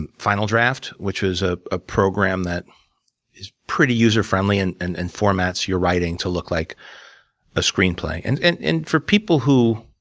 and final draft, which was ah a program that is pretty user friendly, and and and formats your writing to look like a screenplay. and and and for people who